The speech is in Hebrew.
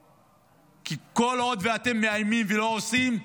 כי כל עוד אתם מאיימים ולא עושים,